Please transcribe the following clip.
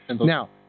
Now